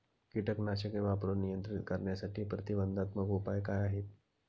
कीटकनाशके वापरून नियंत्रित करण्यासाठी प्रतिबंधात्मक उपाय काय आहेत?